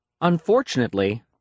Unfortunately